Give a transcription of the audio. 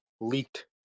leaked